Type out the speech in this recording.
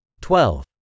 twelve